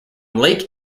lake